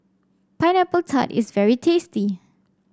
Pineapple Tart is very tasty